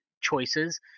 choices